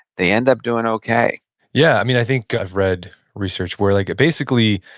they end up doing okay yeah. i mean, i think i've read research where like basically,